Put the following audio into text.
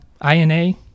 I-N-A